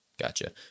Gotcha